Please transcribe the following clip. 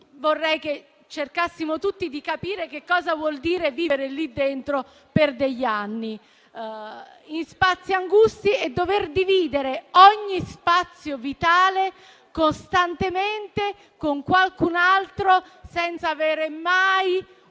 vorrei che cercassimo tutti di capire che cosa vuol dire vivere lì dentro per anni, in spazi angusti e dovendo dividere ogni spazio vitale costantemente con qualcun altro, senza avere mai un